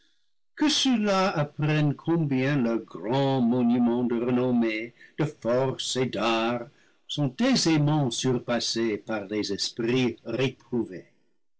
que ceux-là apprennent combien leurs grands monuments de renommée de force et d'art sont aisément surpassés par les esprits réprouvés